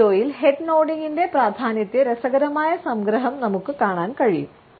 ഈ വീഡിയോയിൽ head nodding ന്റെ പ്രാധാന്യത്തിന്റെ രസകരമായ സംഗ്രഹം നമുക്ക് കാണാൻ കഴിയും